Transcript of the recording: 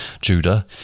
Judah